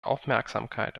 aufmerksamkeit